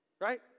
Right